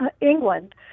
England